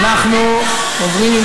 אנחנו עוברים,